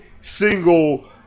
single